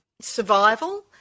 survival